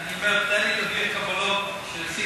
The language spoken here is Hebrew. אני אומר: תן לי להביא קבלות שעשיתי.